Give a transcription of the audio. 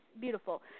beautiful